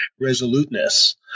resoluteness